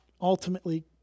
ultimately